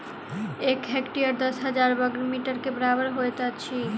एक हेक्टेयर दस हजार बर्ग मीटर के बराबर होइत अछि